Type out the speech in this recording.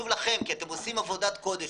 כי אתם עושים עבודת קודש,